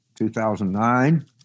2009